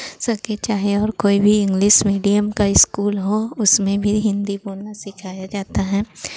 सके चाहे और कोई भी इंग्लिश मीडियम का इस्कूल हो उसमें भी हिन्दी बोलना सिखाया जाता है